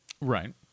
Right